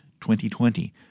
2020